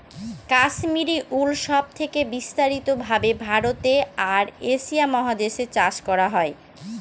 Kashmiri wool সব থেকে বিস্তারিত ভাবে ভারতে আর এশিয়া মহাদেশে চাষ করা হয়